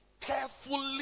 Carefully